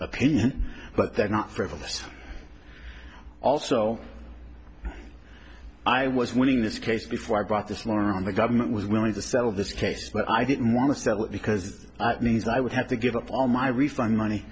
opinion but they're not frivolous also i was winning this case before i bought this morning the government was willing to settle this case but i didn't want to sell it because it means i would have to give up all my refund money